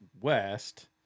West